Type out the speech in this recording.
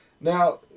Now